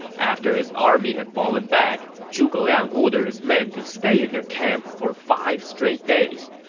after his army had fallen back, zhuge liang ordered his men to stay in their camp for five straight days,